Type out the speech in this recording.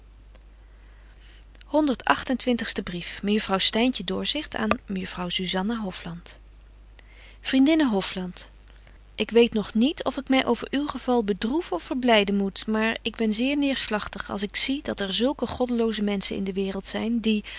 mejuffrouw styntje doorzicht aan mejuffrouw zuzanna hofland vriendinne hofland ik weet nog niet of ik my over uw geval bedroeven of verblyden moet maar ik ben zeer neêrslagtig als ik zie dat er zulke goddeloze menschen in de waereld zyn die